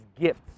gifts